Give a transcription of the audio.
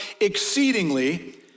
exceedingly